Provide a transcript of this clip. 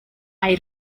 hay